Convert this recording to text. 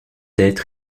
être